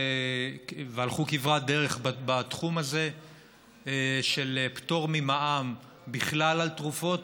הלכו כברת דרך בתחום הזה של פטור ממע"מ בכלל על תרופות,